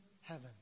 heaven